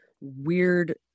weird